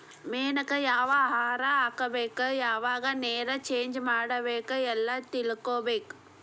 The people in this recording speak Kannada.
ಮೇನಕ್ಕ ಯಾವ ಆಹಾರಾ ಹಾಕ್ಬೇಕ ಯಾವಾಗ ನೇರ ಚೇಂಜ್ ಮಾಡಬೇಕ ಎಲ್ಲಾ ತಿಳಕೊಬೇಕ